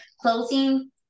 closing